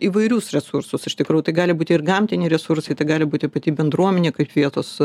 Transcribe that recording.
įvairius resursus iš tikrų tai gali būti ir gamtiniai resursai tai gali būti pati bendruomenė kaip vietos